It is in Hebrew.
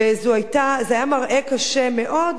וזה היה מראה קשה מאוד,